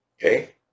Okay